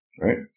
Right